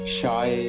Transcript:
shy